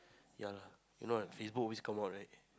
ya lah you know like Facebook always come out right